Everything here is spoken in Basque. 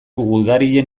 gudarien